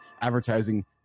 advertising